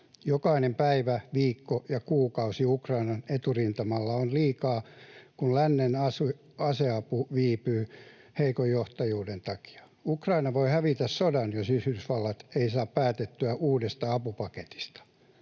Jokainen päivä, viikko ja kuukausi Ukrainan eturintamalla on liikaa, kun lännen aseapu viipyy heikon johtajuuden takia. Ukraina voi hävitä sodan, jos Yhdysvallat ei saa päätettyä uudesta apupaketista.